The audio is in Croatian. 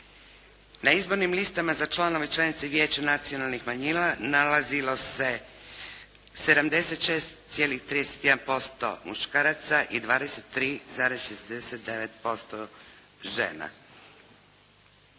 Na izbornim listama za članove i članice Vijeća nacionalnih manjina nalazilo se 76,31% muškaraca i 23,69% žena.